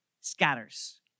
scatters